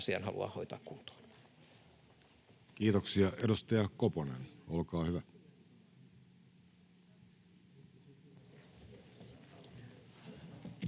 Kiitoksia. — Edustaja Koponen, olkaa hyvä.